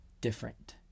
different